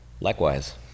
likewise